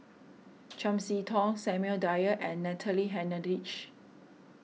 Chiam See Tong Samuel Dyer and Natalie Hennedige